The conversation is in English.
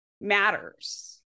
matters